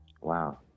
Wow